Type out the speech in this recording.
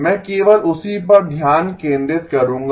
मैं केवल उसी पर ध्यान केंद्रित करूंगा